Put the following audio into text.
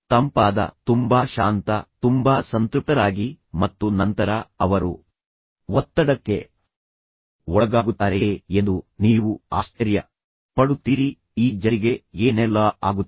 ತಂಪಾದ ತುಂಬಾ ಶಾಂತ ತುಂಬಾ ಸಂತೃಪ್ತರಾಗಿ ಮತ್ತು ನಂತರ ಅವರು ಒತ್ತಡಕ್ಕೆ ಒಳಗಾಗುತ್ತಾರೆಯೇ ಎಂದು ನೀವು ಆಶ್ಚರ್ಯ ಪಡುತ್ತೀರಿ ಈ ಜನರಿಗೆ ಏನೆಲ್ಲಾ ಆಗುತ್ತಿದೆ